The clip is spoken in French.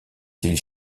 civile